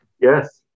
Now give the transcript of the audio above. Yes